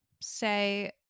say